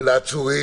מי בעד ההסתייגות?